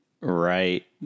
Right